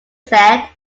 said